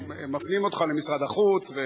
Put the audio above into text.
מפנים אותך למשרד החוץ.